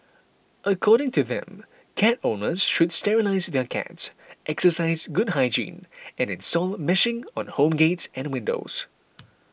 according to them cat owners should sterilise their cats exercise good hygiene and install meshing on home gates and windows